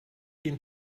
den